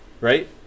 Right